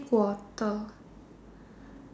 quarter